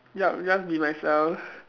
ya just be myself